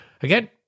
again